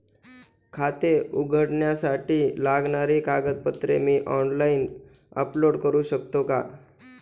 खाते उघडण्यासाठी लागणारी कागदपत्रे मी ऑनलाइन अपलोड करू शकतो का?